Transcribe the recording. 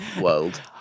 world